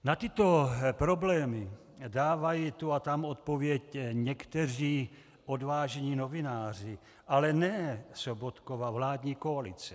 Na tyto problémy dávají tu a tam odpověď někteří odvážní novináři, ale ne Sobotkova vládní koalice.